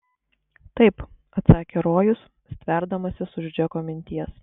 taip atsakė rojus stverdamasis už džeko minties